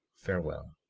farewell.